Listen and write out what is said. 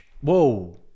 Whoa